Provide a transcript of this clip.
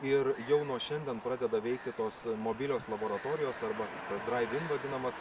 ir jau nuo šiandien pradeda veikti tos mobilios laboratorijos arba tas drivein vadinamas